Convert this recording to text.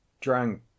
drank